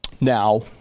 Now